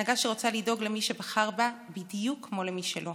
הנהגה שרוצה לדאוג למי שבחר בה בדיוק כמו למי שלא,